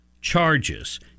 charges